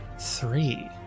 three